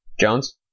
Jones